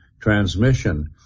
transmission